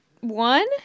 one